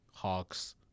Hawks